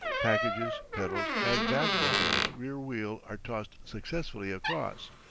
packages, pedals, and backbone with rear wheel are tossed successfully across,